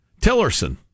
Tillerson